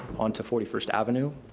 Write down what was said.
onto forty first avenue.